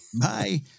Bye